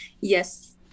Yes